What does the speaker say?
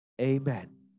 Amen